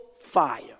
fire